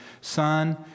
son